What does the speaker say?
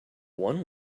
one